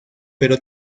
pero